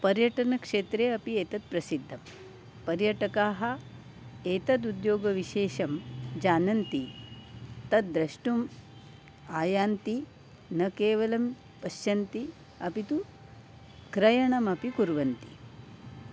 पर्यटनक्षेत्रे अपि एतत् प्रसिद्धं पर्यटकाः एतद् उद्योगविशेषं जानन्ति तद्द्रष्टुम् आयान्ति न केवलं पश्यन्ति अपि तु क्रयणमपि कुर्वन्ति